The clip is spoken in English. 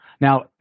Now